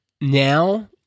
now